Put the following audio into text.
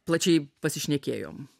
plačiai pasišnekėjom